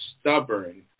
stubborn